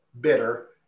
bitter